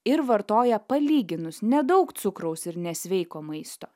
ir vartoja palyginus nedaug cukraus ir nesveiko maisto